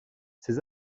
ces